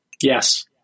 Yes